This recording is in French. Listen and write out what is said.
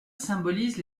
symbolise